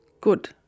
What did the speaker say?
good